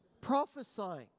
Prophesying